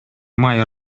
май